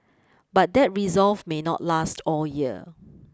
but that resolve may not last all year